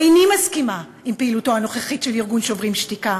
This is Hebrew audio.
איני מסכימה עם פעילותו הנוכחית של ארגון "שוברים שתיקה".